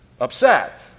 upset